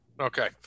okay